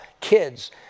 kids